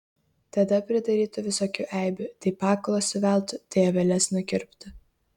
tada pridarytų visokių eibių tai pakulas suveltų tai aveles nukirptų